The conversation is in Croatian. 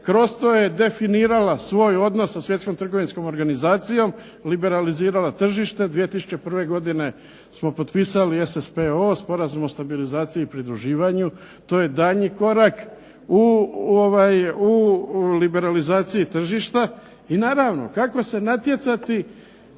kroz to je definirala svoj odnos sa Svjetskom trgovinskom organizacijom, liberalizirala tržište, 2001. godine smo potpisali SSPO Sporazum o stabilizaciji i pridruživanju, to je daljnji korak u liberalizaciji tržišta i naravno kako se natjecati